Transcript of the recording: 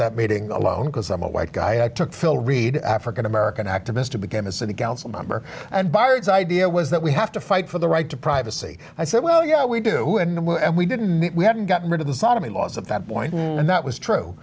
that meeting alone because i'm a white guy i took phil reed african american activist to become a city council member and bards idea was that we have to fight for the right to privacy i said well yeah we do and we didn't we haven't gotten rid of the sodomy laws of that point and that was true